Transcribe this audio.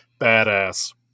badass